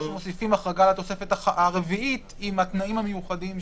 או שמוסיפים החרגה לתוספת הרביעית עם התנאים המיוחדים.